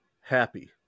happy